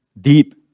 deep